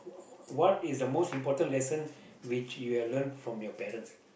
what is the most important lesson which you have learned from your parents